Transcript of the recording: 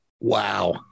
Wow